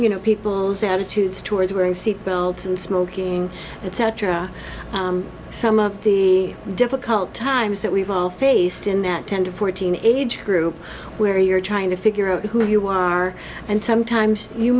you know people's attitudes towards wearing seatbelts and smoking etc some of the difficult times that we've all faced in that ten to fourteen age group where you're trying to figure out who you are and sometimes you